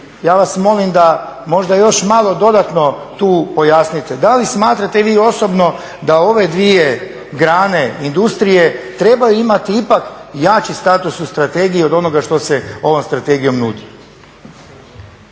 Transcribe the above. ja vas molim da možda još malo dodatno tu pojasnite, da li smatrate vi osobno da ove dvije grane industrije treba imati jači status u strategiji od onoga što se ovom strategijom nudi?